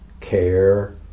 care